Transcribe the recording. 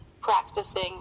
practicing